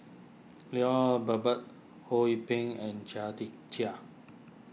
Lloyd Valberg Ho Yee Ping and Chia Tee Chiak